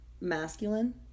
masculine